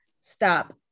stop